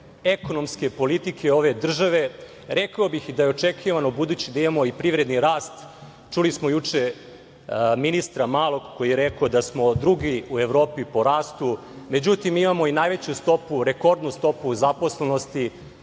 ekonomske politike ove države. Rekao bih i da je očekivano budući da imamo i privredni rast. Čuli smo juče ministra Malog koji je rekao da smo drugi u Evropi po rastu. Međutim, imamo i najveću stopu, rekordnu stopu zaposlenosti